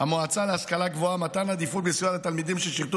המועצה להשכלה גבוהה (מתן עדיפות בסיוע לתלמידים ששירתו